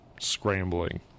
scrambling